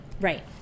right